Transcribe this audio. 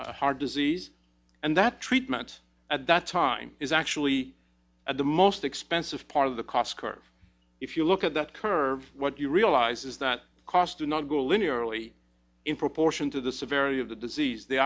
heart disease and that treatment at that time is actually at the most expensive part of the cost curve if you look at that curve what you realize is that cost do not go linearly in proportion to the severity of the disease they